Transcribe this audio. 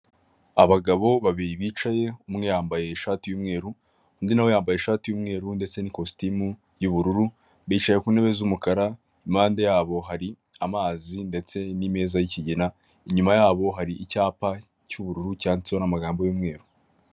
Abagabo babiri bicaye, umwe yambaye ishati y'umweru, undi nawe yambaye ishati y'umweru ndetse n'ikositimu y'ubururu, bicaye ku ntebe z'umukara impande yabo hari amazi ndetse n'imeza y'ikigena, inyuma yabo hari icyapa cy'ubururu cyaditseho n'amagambo y'umweru.